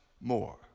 more